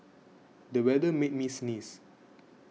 the weather made me sneeze